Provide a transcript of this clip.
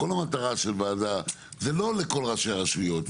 כל המטרה של ועדה זה לא לכל ראשי הרשויות.